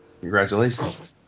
Congratulations